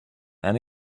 and